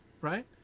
right